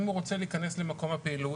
אם הוא רוצה להיכנס למקום הפעילות,